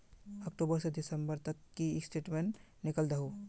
अक्टूबर से दिसंबर तक की स्टेटमेंट निकल दाहू?